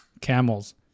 camels